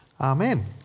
Amen